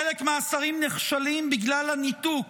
חלק מהשרים נכשלים בגלל הניתוק